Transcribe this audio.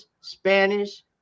spanish